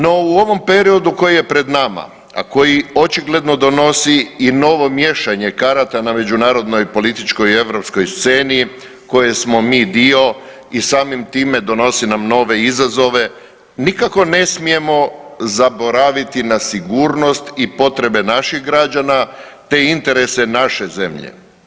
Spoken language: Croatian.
No u ovom periodu koji je pred nama, a koji očigledno donosi i novo miješanje karata na međunarodnoj i političkoj i europskoj sceni koje smo mi dio i samim time donosi nam nove izazove, nikako ne smijemo zaboraviti na sigurnost i potrebe naših građana, te interese naše zemlje.